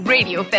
Radio